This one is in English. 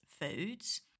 foods